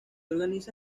organiza